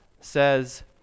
says